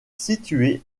située